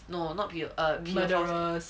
no not weird err murderous